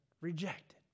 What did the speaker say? rejected